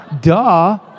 duh